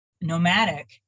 nomadic